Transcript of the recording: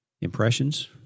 Impressions